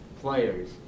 players